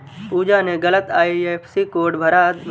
पूजा ने गलत IFSC code भर दिया